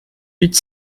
huit